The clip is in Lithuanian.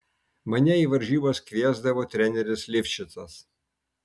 mane į varžybas kviesdavo treneris livšicas